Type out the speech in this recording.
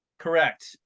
correct